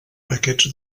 aquests